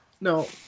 No